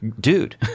dude